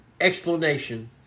explanation